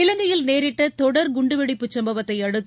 இலங்கையில் நேரிட்ட தொடர் குண்டுவெடிப்பு சம்பவத்தை அடுத்து